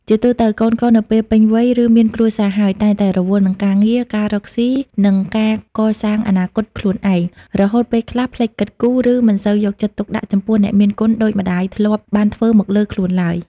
ជាទូទៅ កូនៗនៅពេលពេញវ័យ ឬមានគ្រួសារហើយ តែងតែរវល់នឹងការងារ ការរកស៊ី និងការកសាងអនាគតខ្លួនឯង រហូតពេលខ្លះភ្លេចគិតគូរ ឬមិនសូវយកចិត្តទុកដាក់ចំពោះអ្នកមានគុណដូចម្ដាយធ្លាប់បានធ្វើមកលើខ្លួនឡើយ។